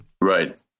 right